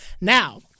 Now